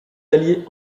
alliez